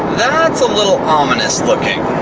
that's a little ominous looking.